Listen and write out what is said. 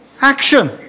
action